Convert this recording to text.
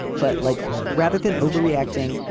but like rather than overreacting,